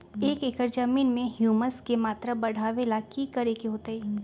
एक एकड़ जमीन में ह्यूमस के मात्रा बढ़ावे ला की करे के होतई?